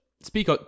Speak